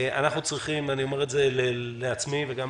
אנחנו צריכים, ואני אומר את זה לעצמי וגם